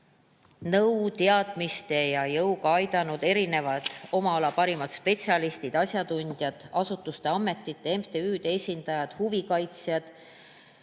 nõu, teadmiste ja jõuga aidanud: need on oma ala parimad spetsialistid, asjatundjad, asutuste, ametite, MTÜ-de esindajad, huvide kaitsjad.